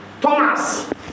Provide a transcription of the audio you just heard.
Thomas